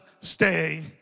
stay